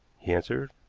he answered,